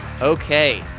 Okay